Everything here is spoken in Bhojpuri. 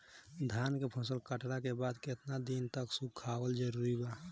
धान के फसल कटला के बाद केतना दिन तक सुखावल जरूरी बा?